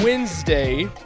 Wednesday